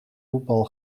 voetbal